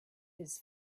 his